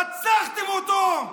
רצחתם אותו.